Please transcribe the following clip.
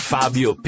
Fabio